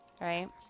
right